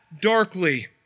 darkly